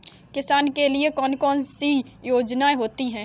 किसानों के लिए कौन कौन सी योजनायें होती हैं?